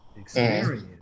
experience